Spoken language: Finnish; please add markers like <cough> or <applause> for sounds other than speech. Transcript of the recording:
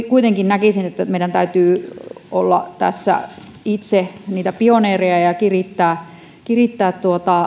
<unintelligible> kuitenkin näkisin että meidän täytyy olla tässä itse pioneereja ja kirittää kirittää